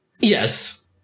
Yes